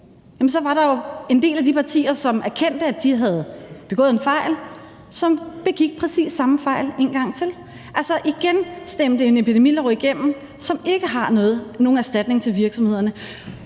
en del af de partier, som erkendte, at de havde begået en fejl, og som begik præcis samme fejl en gang til, altså igen stemte en epidemilov igennem, som ikke har nogen erstatning til virksomhederne.